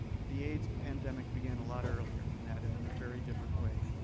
the aids pandemic began a lot earlier than that and in a very different way.